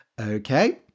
Okay